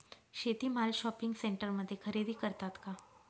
शेती माल शॉपिंग सेंटरमध्ये खरेदी करतात का?